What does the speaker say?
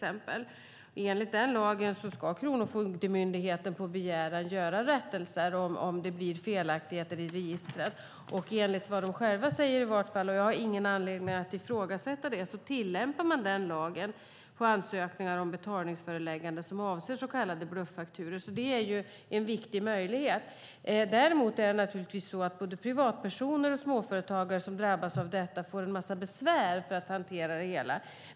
Enligt den lagen ska Kronofogdemyndigheten på begäran göra rättelser om det blir felaktigheter i registret. Enligt vad de själva säger - jag har ingen anledning att ifrågasätta det - tillämpar man den lagen på ansökningar om betalningsföreläggande som avser så kallade bluffakturor. Det är en viktig möjlighet. Däremot är det naturligtvis så att både privatpersoner och småföretagare som drabbas av detta får en massa besvär med att hantera det hela.